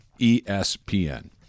espn